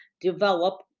develop